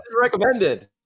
Recommended